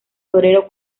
torero